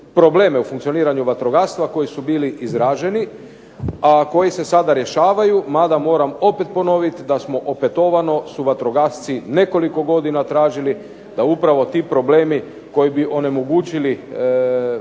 u funkcioniranju vatrogastva koji su bili izraženi, a koji se sada rješavaju, mada moram opet ponoviti da smo opetovano su vatrogasci nekoliko godina tražili da upravo ti problemi koji bi onemogućili stvaranje